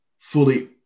fully